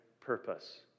purpose